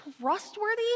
trustworthy